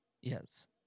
Yes